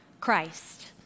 Christ